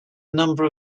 number